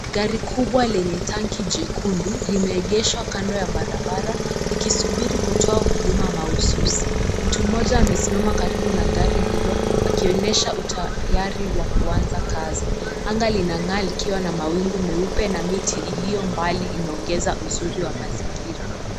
Gari kubwa lenye tanki jekundu limeegeshwa kando ya barabara likisubiri kutoa huduma mahususi. Mtu mmoja amesimama karibu na gari hilo akionyesha utayari wa kuanza kazi. Anga linang'aa likiwa na mawingu meupe na miti iliyo mbali inaongeeza uzuri wa mazingira.